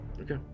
okay